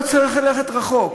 לא צריך ללכת רחוק.